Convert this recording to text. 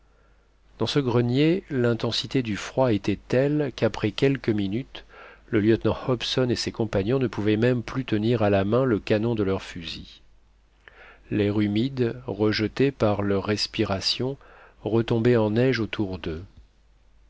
dans ce grenier l'intensité du froid était telle qu'après quelques minutes le lieutenant hobson et ses compagnons ne pouvaient même plus tenir à la main le canon de leurs fusils l'air humide rejeté par leur respiration retombait en neige autour d'eux